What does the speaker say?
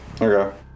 Okay